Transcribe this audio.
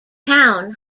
town